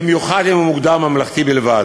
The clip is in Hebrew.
במיוחד אם הוא מוגדר ממלכתי בלבד.